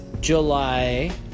July